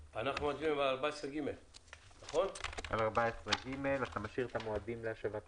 על סעיף 14ג. נשאיר את המועדים להשבת הכספים,